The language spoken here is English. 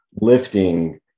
lifting